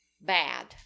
bad